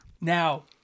Now